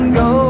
go